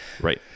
Right